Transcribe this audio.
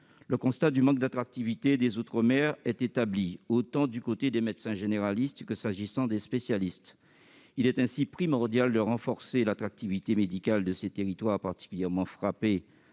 Le constat du manque d'attractivité des outre-mer est établi, qu'il s'agisse des médecins généralistes ou des spécialistes. Il est ainsi primordial de renforcer l'attractivité médicale de ces territoires particulièrement frappés